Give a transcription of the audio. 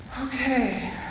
Okay